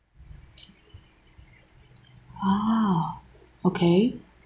oh okay